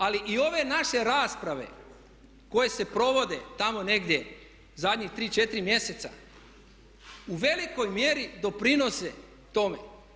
Ali i ove naše rasprave koje se provode tamo negdje zadnjih 3, 4 mjeseca u velikoj mjeri doprinose tome.